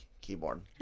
keyboard